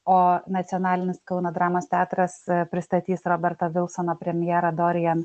o nacionalinis kauno dramos teatras pristatys roberto vilsono premjerą dorian